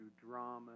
drama